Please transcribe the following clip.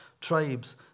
tribes